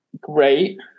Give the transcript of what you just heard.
great